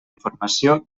informació